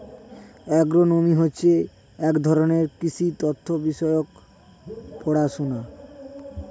agronomy হচ্ছে এক ধরনের কৃষি তথ্য বিষয়ক পড়াশোনা